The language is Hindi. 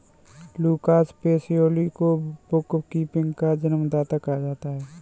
लूकास पेसियोली को बुक कीपिंग का जन्मदाता कहा जाता है